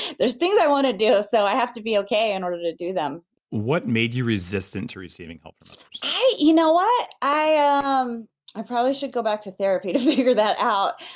there's things i want to do, so i have to be okay in order to do them what made you resistant to receiving help from others? you know what? i ah um i probably should go back to therapy to figure that out.